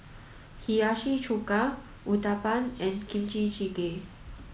Hiyashi Chuka Uthapam and Kimchi Jjigae